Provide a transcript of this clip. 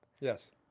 Yes